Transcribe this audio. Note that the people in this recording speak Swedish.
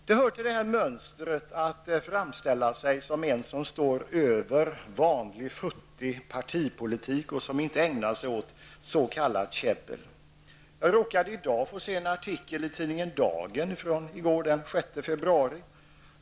Det hör till mönstret att framställa sig själv som en som står över vanlig futtig partipolitik och som inte ägnar sig åt s.k. käbbel. Jag råkade i dag få se en artikel i tidningen Dagen ifrån i går, den 6 februari.